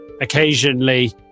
occasionally